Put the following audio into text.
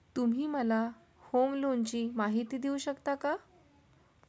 तुम्ही मला होम लोनची माहिती देऊ शकता का?